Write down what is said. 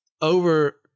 over